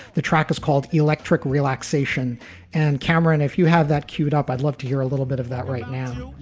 the track is called electric relaxation and camera. and if you have that cued up, i'd love to hear a little bit of that right now.